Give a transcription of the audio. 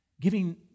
giving